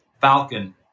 Falcon